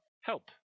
help